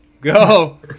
Go